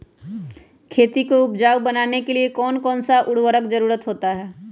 खेती को उपजाऊ बनाने के लिए कौन कौन सा उर्वरक जरुरत होता हैं?